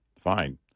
fine